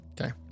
Okay